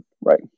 right